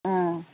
अ